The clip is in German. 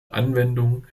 anwendung